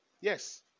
Yes